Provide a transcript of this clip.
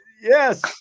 yes